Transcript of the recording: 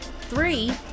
Three